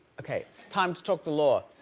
okay. it's time to talk the law.